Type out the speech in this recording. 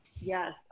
Yes